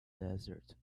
desert